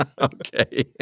Okay